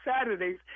Saturdays